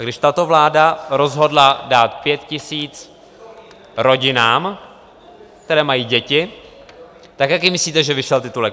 Když tato vláda rozhodla dát pět tisíc rodinám, které mají děti, tak jaký myslíte, že jim vyšel titulek?